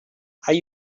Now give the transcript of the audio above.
are